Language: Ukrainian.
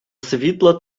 світла